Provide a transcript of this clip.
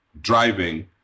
driving